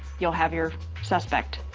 you'll have your suspect.